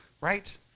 right